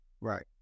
right